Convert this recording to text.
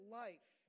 life